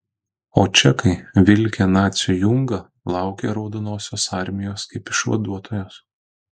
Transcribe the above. o čekai vilkę nacių jungą laukė raudonosios armijos kaip išvaduotojos